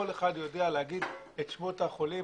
כולם יודעים מי החולים וכל אחד יודע לומר את שמות החולים.